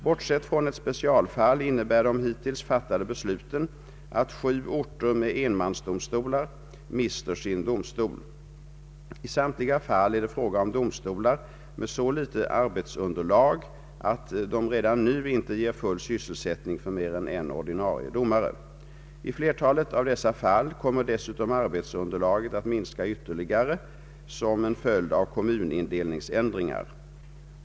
Bortsett från ett specialfall innebär de hittills fattade besluten att sju orter med enmansdomstolar mister sin domstol. I samtliga fall är det fråga om domstolar med så litet arbetsunderlag att de redan nu inte ger full sysselsättning för mer än en ordinarie domare. I flertalet av dessa fall kommer dessutom arbetsunderlaget att minska ytterligare som en följd av kommunindelningsändringar.